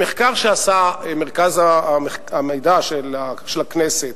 במחקר שעשה מרכז המידע של הכנסת,